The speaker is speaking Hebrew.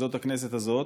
שזאת הכנסת הזאת,